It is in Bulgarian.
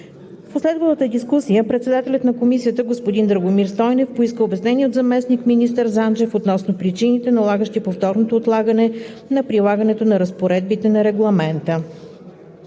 В последвалата дискусия председателят на Комисията – господин Драгомир Стойнев, поиска обяснение от зам.-министър Занчев относно причините, налагащи повторното отлагане на прилагането на разпоредбите на Регламента.